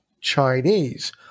Chinese